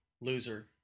Loser